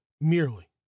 merely